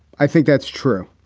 i think that's true.